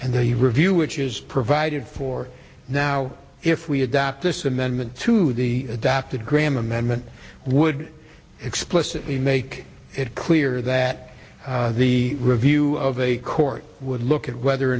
and the review which is provided for now if we adopt this amendment to the adapted graham amendment would explicitly make it clear that the review of a court would look at whether or